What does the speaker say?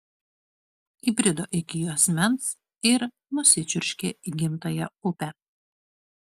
įbrido iki juosmens ir nusičiurškė į gimtąją upę